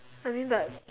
I mean but